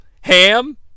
ham